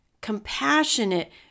compassionate